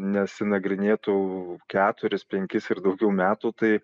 nesinagrinėtų keturis penkis ir daugiau metų tai